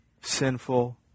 sinful